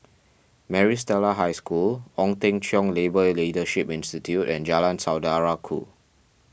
Maris Stella High School Ong Teng Cheong Labour Leadership Institute and Jalan Saudara Ku